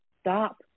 stop